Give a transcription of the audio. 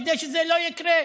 כדי שזה לא יקרה,